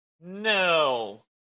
No